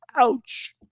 Ouch